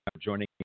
joining